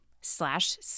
slash